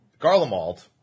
Garlemald